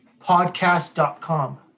Podcast.com